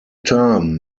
term